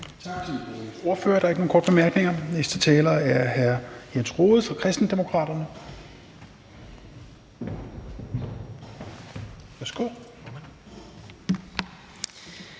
Borgerliges ordfører. Der er ikke nogen korte bemærkninger. Den næste taler er hr. Jens Rohde fra Kristendemokraterne. Værsgo.